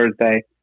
Thursday